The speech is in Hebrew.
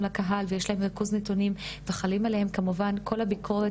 לקהל ויש להם ריכוז נתונים וחלים עליהם כמובן כל הביקורות